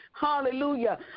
hallelujah